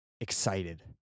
excited